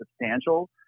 substantial